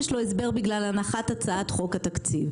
יש לו הסבר בגלל הנחת הצעת חוק התקציב.